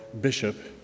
bishop